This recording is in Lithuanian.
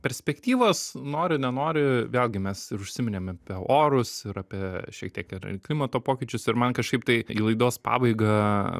perspektyvos nori nenori vėlgi mes ir užsiminėm apie orus ir apie šiek tiek ir klimato pokyčius ir man kažkaip tai į laidos pabaigą